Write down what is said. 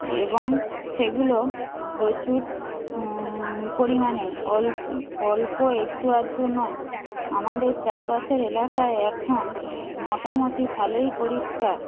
এবং সেগুলো প্রচুর পরিমাণে অল্প একটু আধটু নয় আমাদের চারপাশের এলাকায় এখন মোটামুটি ভালোই পরিষ্কার